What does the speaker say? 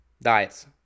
diets